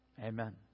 Amen